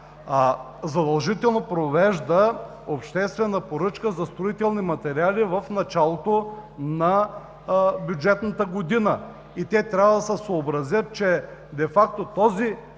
задължително провежда обществена поръчка за строителни материали в началото на бюджетната година. Те трябва да се съобразят, че де факто този